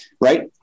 right